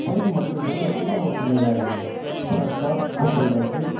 பங்கு மக்கள் வந்து எல்லாம் ஒற்றுமையாக இருந்து சிறப்பாக பூப்பல்லக்கு